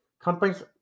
Companies